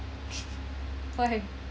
why